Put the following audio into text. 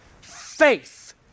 Faith